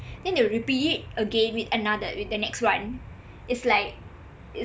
then they will repeat again with another with the next one it's like